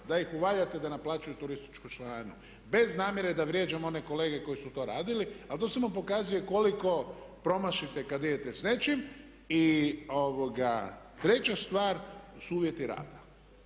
da ih uvaljate da ne plaćaju turističku članarinu. Bez namjere da vrijeđam one kolege koji su to radili, a to samo pokazuje koliko promašite kad idete s nečim. I treća stvar su uvjeti rada.